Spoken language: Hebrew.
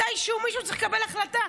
מתישהו מישהו יצטרך לקבל החלטה.